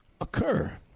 occur